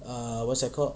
err what's that called